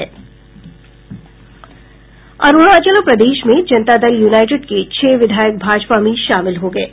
अरूणाचल प्रदेश में जनता दल यूनाईटेड के छह विधायक भाजपा में शामिल हो गये